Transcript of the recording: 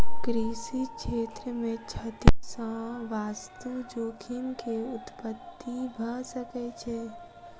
कृषि क्षेत्र मे क्षति सॅ वास्तु जोखिम के उत्पत्ति भ सकै छै